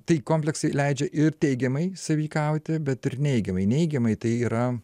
tai kompleksai leidžia ir teigiamai sąveikauti bet ir neigiamai neigiamai tai yra